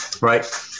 right